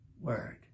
word